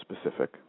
specific